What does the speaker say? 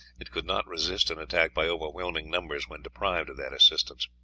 it could not resist an attack by overwhelming numbers when deprived of that assistance.